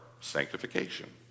sanctification